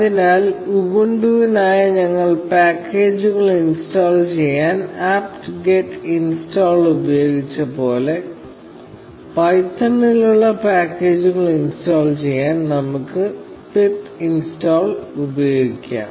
അതിനാൽ ഉബുണ്ടുവിനായി ഞങ്ങൾ പാക്കേജുകൾ ഇൻസ്റ്റാൾ ചെയ്യാൻ apt get install ഉപയോഗിച്ചതുപോലെ പൈത്തണിനുള്ള പാക്കേജുകൾ ഇൻസ്റ്റാൾ ചെയ്യാൻ നമുക്ക് പിപ്പ് ഇൻസ്റ്റാൾ ഉപയോഗിക്കാം